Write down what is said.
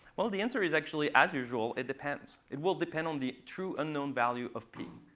well, the answer is actually, as usual, it depends. it will depend on the true unknown value of p.